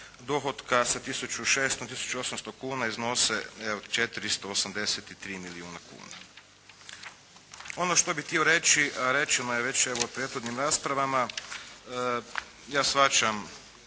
dohotka sa 1600 na 1800 kuna iznose 483 milijuna kuna. Ono što bih htio reći a rečeno je već evo u prethodnim raspravama ja shvaćam